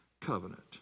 covenant